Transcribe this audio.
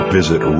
Visit